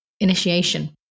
initiation